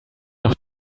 noch